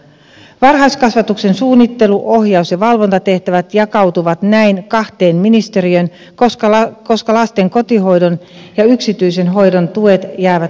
varhaiskasvatuksen suunnittelu ohjaus ja valvontatehtävät jakautuvat näin kahteen ministeriöön koska lasten kotihoidon ja yksityisen hoidon tuet jäävät sosiaali ja terveysministeriöön